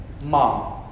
Mom